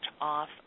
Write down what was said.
off